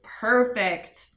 perfect